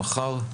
מחר,